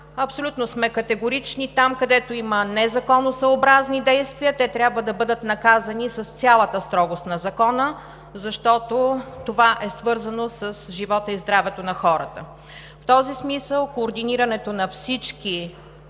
абсолютно сме категорични – там, където има незаконосъобразни действия, те трябва да бъдат наказани с цялата строгост на закона, защото това е свързано с живота и здравето на хората. В този смисъл координирането на всички